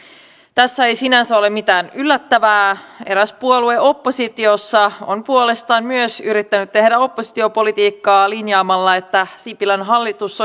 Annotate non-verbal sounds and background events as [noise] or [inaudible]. tässä ei sinänsä ole mitään yllättävää eräs puolue oppositiossa on puolestaan myös yrittänyt tehdä oppositiopolitiikkaa linjaamalla että sipilän hallitus [unintelligible]